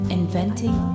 inventing